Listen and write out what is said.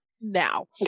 now